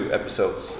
episodes